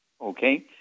Okay